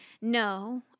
no